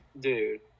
Dude